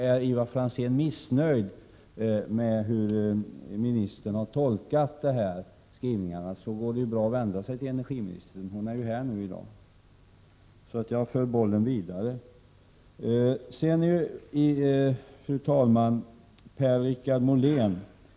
Om Ivar Franzén är missnöjd med ministerns tolkning av dessa skrivningar kan han vända sig till energiministern, som nu är här. Jag för alltså bollen vidare. Fru talman!